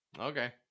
Okay